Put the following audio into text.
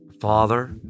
father